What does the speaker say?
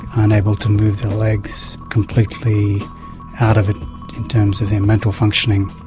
unable to move their legs, completely out of it in terms of their mental functioning.